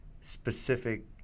specific